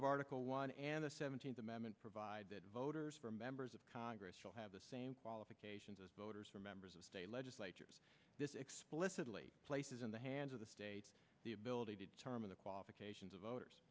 of article one and the seventeenth amendment provide voters for members of congress shall have the same qualifications as voters for members of state legislatures this explicitly places in the hands of the state the ability to determine the qualifications of voters